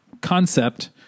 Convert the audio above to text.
concept